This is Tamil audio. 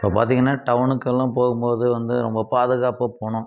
இப்போ பார்த்திங்கனா டவுனுக்கெல்லாம் போகும்போது வந்து ரொம்ப பாதுகாப்பாக போகணும்